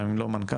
גם אם לא מנכ"ל,